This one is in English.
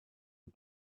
are